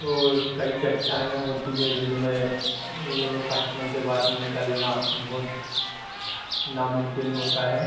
और कई चट्टानें होती है जिनमें इनमें फँसने के बाद निकलना बहुत नामुमकिन होता है